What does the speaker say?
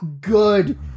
good